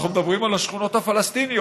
אנחנו מדברים על השכונות הפלסטיניות,